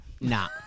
Nah